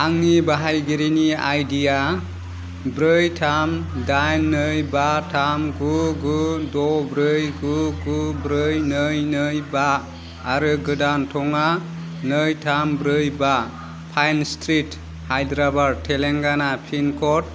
आंनि बाहायगिरिनि आइडिया ब्रै थाम दाइन नै बा थाम गु गु द' ब्रै गु गु ब्रै नै नै बा आरो गोदान थंआ नै थाम ब्रै बा pine street Hyderabad Telangana pin code